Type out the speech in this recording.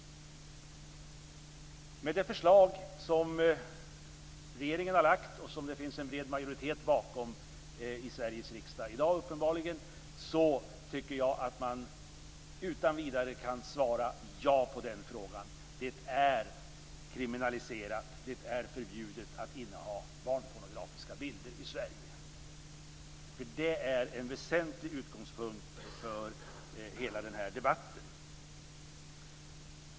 Med det förslag som regeringen har lagt fram och som det står en bred majoritet bakom i Sveriges riksdag i dag, tycker jag att man utan vidare kan svara ja på frågan. Det är kriminaliserat och förbjudet att inneha barnpornografiska bilder i Sverige. Det är en väsentlig utgångspunkt för hela debatten.